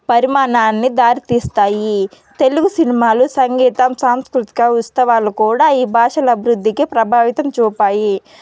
పరిణామాన్ని దారితీస్తాయి తెలుగు సినిమాలు సంగీతం సాంస్కృతిక ఉత్సవాలు కూడా ఈ భాషల అభివృద్ధికి ప్రభావితం చూపాయి